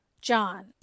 John